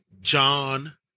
John